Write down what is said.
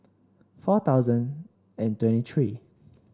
four thousand and twenty three